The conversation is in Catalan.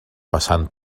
passant